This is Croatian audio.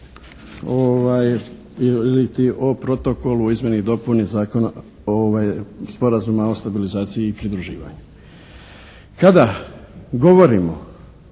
iliti o Protokolu o izmjeni i dopuni zakona, ovaj, Sporazuma o stabilizaciji i pridruživanju.